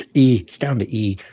ah e it's down to e,